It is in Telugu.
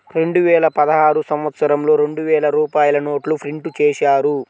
రెండువేల పదహారు సంవత్సరంలో రెండు వేల రూపాయల నోట్లు ప్రింటు చేశారు